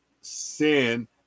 Sin